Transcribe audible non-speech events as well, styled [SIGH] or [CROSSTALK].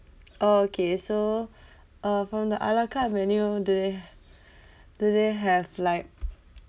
okay so [BREATH] uh from the a la carte menu do they [BREATH] do they have like